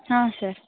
ಹಾಂ ಸರ್